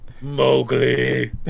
mowgli